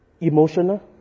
emotional